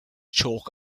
chalk